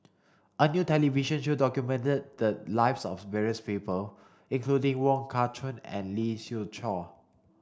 a new television show documented the lives of various people including Wong Kah Chun and Lee Siew Choh